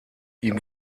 ihm